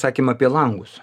sakėm apie langus